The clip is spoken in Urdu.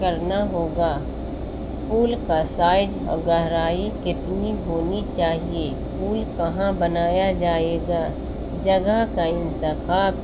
کرنا ہوگا پول کا سائز اور گہرائی کتنی ہونی چاہیے پول کہاں بنایا جائے گا جگہ کا انتخاب